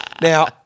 Now